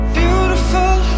beautiful